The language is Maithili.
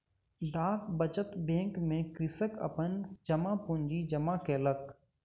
डाक बचत बैंक में कृषक अपन जमा पूंजी जमा केलक